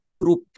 group